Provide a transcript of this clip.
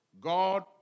God